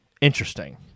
Interesting